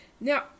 Now